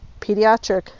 pediatric